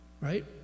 right